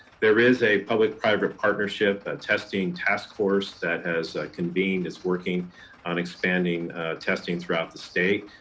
there is a public private partnership, a testing task force that has convened, is working on expanding testing throughout the state.